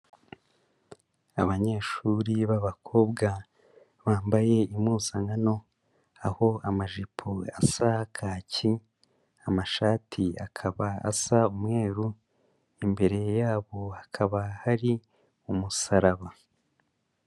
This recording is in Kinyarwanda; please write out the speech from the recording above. Abanyeshuri b'abakobwa, bambaye impuzankano, aho amajipo asa kaki, amashati akaba asa umweru, imbere yabo hakaba hari umusaraba.